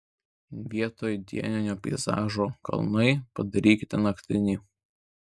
vietoj dieninio peizažo kalnai padarykite naktinį